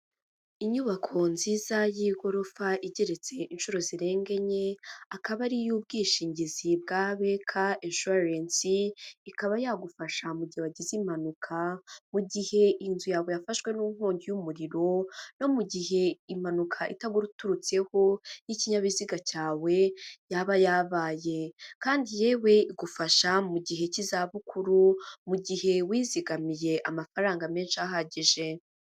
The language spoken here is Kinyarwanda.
Inyubako nziza y'igorofa igeretse inshuro zirenga enye, akaba ari iy'ubwishingizi bwa BK Insurence, ikaba yagufasha mu gihe wagize impanuka, mu gihe inzu yawe yafashwe nkongi y'umuriro, no mu gihe impanuka itaguturutseho y'ikinyabiziga cyawe yaba yabaye, kandi yewe igufasha mu gihe cy'izabukuru, mu gihe wizigamiye amafaranga menshi ahagije.